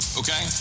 okay